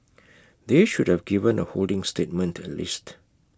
they should have given A holding statement at least